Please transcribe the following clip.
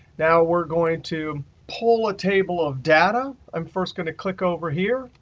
now we're going to pull a table of data. i'm first going to click over here,